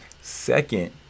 Second